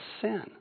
sin